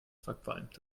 verqualmt